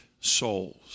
souls